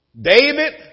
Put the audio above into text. David